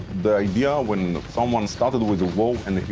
the idea when someone started with a war and